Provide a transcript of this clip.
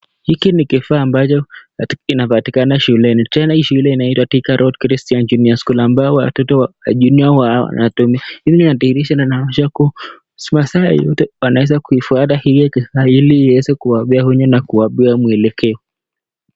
Hiki ni kifaa ambacho kinapatikana shuleni. Tena hii shule inatwa Thika Road Christian Junior School ambayo watoto wa junior wanatumia. Hii inadhihirisha na inaonyesha kuwa masaa yoyote wanaweza kuifuatwa hii kifaa ili iweze kuwapea onyo na kuwapea mwelekeo.